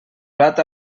blat